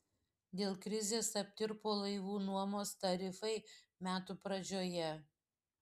dėl krizės aptirpo laivų nuomos tarifai metų pradžioje